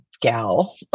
gal